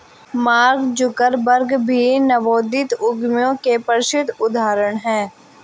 mark Zuckerberg भी नवोदित उद्यमियों के प्रसिद्ध उदाहरण हैं